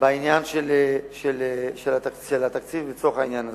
בעניין התקציב לצורך העניין הזה.